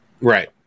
right